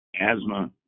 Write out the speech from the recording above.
asthma